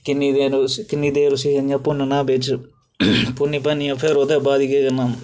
किन्नी देर उसी किन्नी देर उसी इयां भुन्नना बिच्च भुन्नी भन्निनियै फिर ओह्दे बाद केह् करना